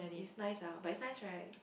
it's nice ah but it's nice right